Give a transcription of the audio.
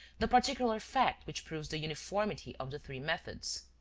the particular fact which proves the uniformity of the three methods.